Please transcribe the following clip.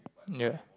ya